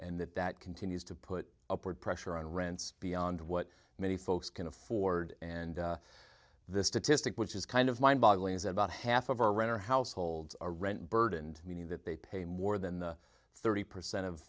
and that that continues to put upward pressure on rents beyond what many folks can afford and this statistic which is kind of mind boggling is that about half of our renter households are rent burdened meaning that they pay more than the thirty percent of